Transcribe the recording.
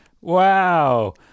Wow